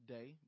Day